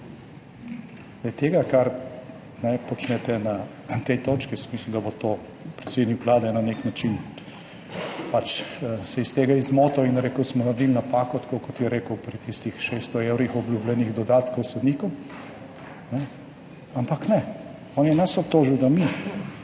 tega, kar počnete na tej točki, jaz mislim, da se bo predsednik Vlade na nek način iz tega izmotal in rekel, smo naredili napako, tako kot je rekel pri tistih 600 evrih obljubljenih dodatkov sodnikom. Ampak ne, on je nas obtožil, da mi